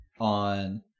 on